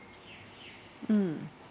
mm